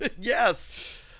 yes